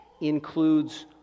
includes